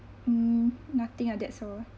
mm nothing ah that's all